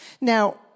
Now